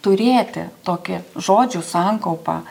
turėti tokį žodžių sankaupą